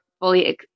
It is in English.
fully